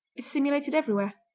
is simulated everywhere,